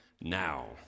now